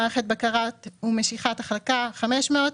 מערכת בקרה משיכת החלקה-500.